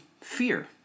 fear